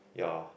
ya